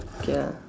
okay ah